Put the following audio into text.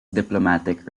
diplomatic